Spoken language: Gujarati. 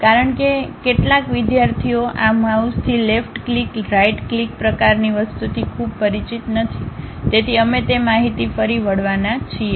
કારણ કે ઉહ કેટલાક વિદ્યાર્થીઓ આ માઉસથી લેફ્ટ ક્લિક રાઇટ ક્લિક પ્રકારની વસ્તુથી ખૂબ પરિચિત નથી તેથી અમે તે માહિતી ફરી વળવાના છીએ